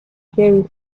carey